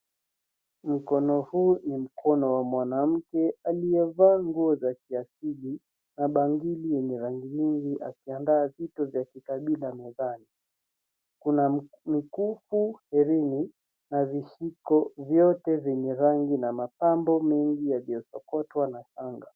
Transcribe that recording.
Mkono huu ni mkono wa mwanamke aliyevaa nguo za kiasili na bangili yenye rangi mingi akiandaa vito vya mavazi . Kuna mikufu, herini na vishiko vyote vyenye rangi na mapambo mengi yaliyosokotwa na shanga.